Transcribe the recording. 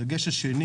דגש שני